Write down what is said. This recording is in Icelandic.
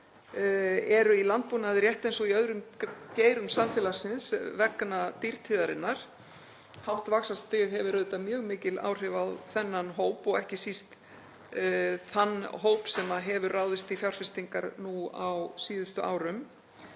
eru í landbúnaði, rétt eins og í öðrum geirum samfélagsins vegna dýrtíðarinnar. Hátt vaxtastig hefur auðvitað mjög mikil áhrif á þennan hóp og ekki síst þann hóp sem hefur ráðist í fjárfestingar nú á síðustu árum.